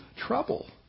trouble